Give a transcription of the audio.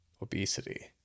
Obesity